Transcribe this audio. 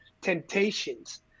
temptations